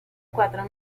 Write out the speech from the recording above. cuatro